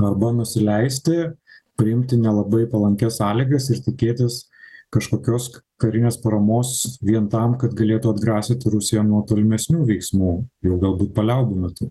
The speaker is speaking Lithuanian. arba nusileisti priimti nelabai palankias sąlygas ir tikėtis kažkokios karinės paramos vien tam kad galėtų atgrasyti rusiją nuo tolimesnių veiksmų jau galbūt paliaubų metu